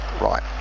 Right